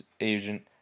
agent